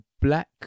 black